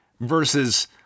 versus